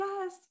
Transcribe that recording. Yes